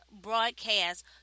broadcast